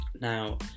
Now